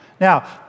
Now